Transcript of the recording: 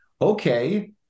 okay